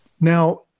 Now